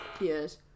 Yes